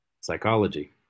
psychology